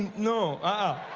no, huh